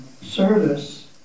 service